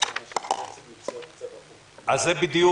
שבעצם ייווצר פה מצב הפוך --- זה בדיוק